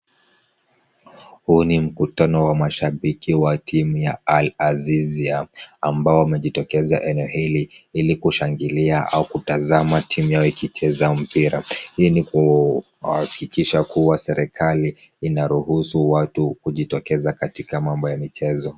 Huu ni mkutano wa mashabiki wa La Azizia ambao wamejitokeza eneo hili ili kushangilia au kutazama timu yao ikicheza mpira, Hii ni kuhakikisha kuwa serikali inaruhusu watu kujitokeza katika mambo ya michezo.